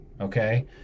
okay